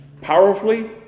powerfully